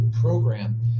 program